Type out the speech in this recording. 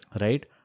Right